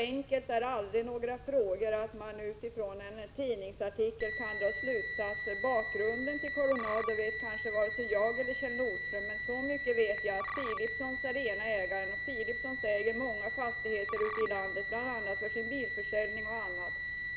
Inga frågor är så enkla att man utifrån en tidningsartikel kan dra slutsatser. Bakgrunden till Coronade känner kanske varken jag eller Kjell Nordström till. Men så mycket vet jag att Philipsons är den ena ägaren, och Philipsons äger många fastigheter ute i landet, bl.a. för sin bilförsäljning.